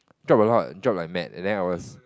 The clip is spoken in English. drop a lot drop like mad and then I was